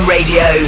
Radio